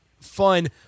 fun